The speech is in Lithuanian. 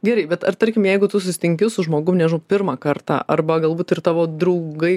gerai bet ar tarkim jeigu tu susitinki su žmogum nežinau pirmą kartą arba galbūt ir tavo draugai